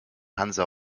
hansa